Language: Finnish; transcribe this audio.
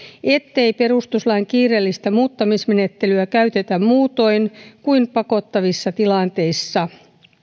ettei perustuslain kiireellistä muuttamismenettelyä käytetä muutoin kuin pakottavissa tilanteissa